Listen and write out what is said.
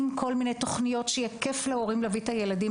כל מיני דברים שיגרמו להורים להביא את הילדים